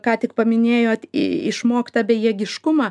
ką tik paminėjot išmoktą bejėgiškumą